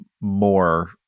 more